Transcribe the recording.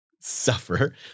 suffer